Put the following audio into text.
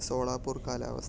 സോണാപ്പൂർ കാലാവസ്ഥ